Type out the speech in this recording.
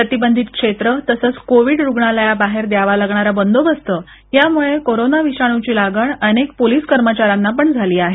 प्रतिबंधित क्षेत्र तसंच कोविद रुग्णालयाबाहेर द्यावा लागणार बंदोबस्त यामुळे कोरोना विषाणूची लागण अनेक पोलीस कर्मचाऱ्यांना पण झाली आहे